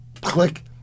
click